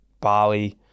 Bali